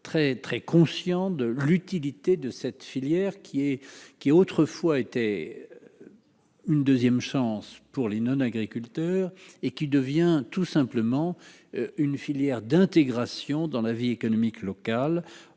très conscients de l'utilité de cette filière qui est qui, autrefois, était une 2ème chance pour les non-agriculteurs et qui devient tout simplement une filière d'intégration dans la vie économique locale